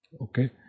okay